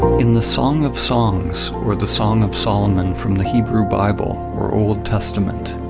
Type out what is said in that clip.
in the song of songs, or the song of solomon from the hebrew bible or old testament,